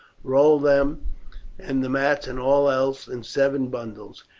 roll them and the mats and all else in seven bundles,